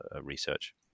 research